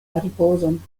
ripozon